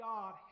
God